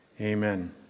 amen